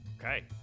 Okay